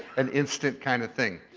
an instant kind of thing.